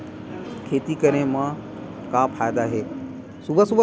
खेती करे म का फ़ायदा हे?